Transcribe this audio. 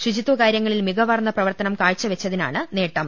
ശുചിത്വകാര്യങ്ങളിൽ മികവാർന്ന പ്രവർത്തനം കാഴ്ചവെച്ചതിനാണ് നേട്ടം